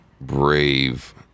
brave